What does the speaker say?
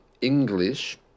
English